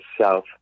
south